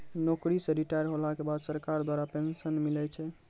नौकरी से रिटायर होला के बाद सरकार द्वारा पेंशन मिलै छै